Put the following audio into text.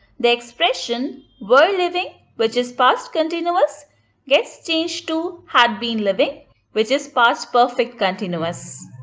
the expression were living which is past continuous gets changed to had been living which is past perfect continuous.